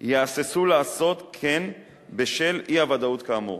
יהססו לעשות כן בשל האי-וודאות כאמור.